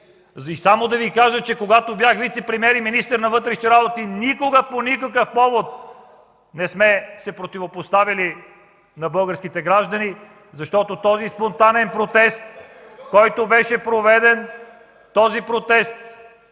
Само да Ви кажа, че когато бях вицепремиер и министър на вътрешните работи никога, по никакъв повод не сме се противопоставяли на българските граждани (смях от КБ), защото този спонтанен протест, който беше проведен, този протест